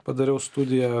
padariau studiją